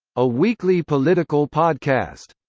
a weekly political podcast.